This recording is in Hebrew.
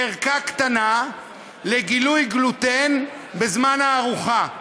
על ערכה קטנה לגילוי גלוטן בזמן הארוחה.